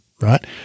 right